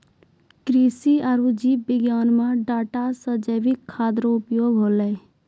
कृषि आरु जीव विज्ञान मे डाटा से जैविक खाद्य रो उपयोग होलै